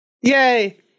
Yay